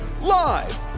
live